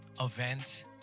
event